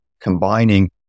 combining